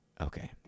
Okay